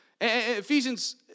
Ephesians